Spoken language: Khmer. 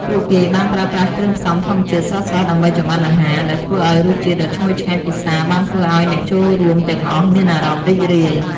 ពួកគេបានប្រើប្រាស់គ្រឿងផ្សំធម្មជាតិស្រស់ៗដើម្បីចម្អិនអាហារ ដែលធ្វើឲ្យរសជាតិដ៏ឈ្ងុយឆ្ងាញ់ពិសារបានធ្វើឲ្យអ្នកចូលរួមទាំងអស់មានអារម្មណ៍រីករាយ។